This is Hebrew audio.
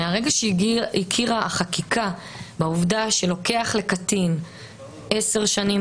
מהרגע שהכירה החקיקה בעובדה שלוקח לקטין 10 שנים,